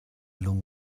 lung